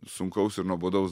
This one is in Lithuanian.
sunkaus ir nuobodaus